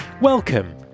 Welcome